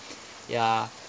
ya